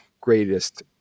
greatest